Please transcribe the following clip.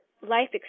life